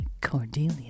Cordelia